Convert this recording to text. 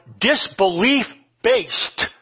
disbelief-based